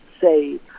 say